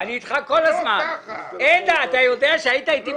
מגיעים למסקנה שאין מדד בשש,